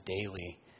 daily